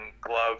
gloves